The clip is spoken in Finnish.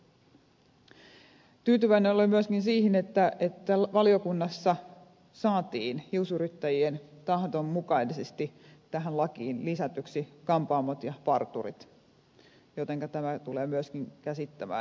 tyytyväinen olen myöskin siihen että valiokunnassa saatiin hiusyrittäjien tahdon mukaisesti tähän lakiin lisätyksi kampaamot ja parturit jotenka tämä tulee myöskin käsittämään heidät